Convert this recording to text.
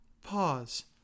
Pause